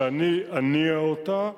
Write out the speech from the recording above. שאני אניע אותה,